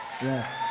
Yes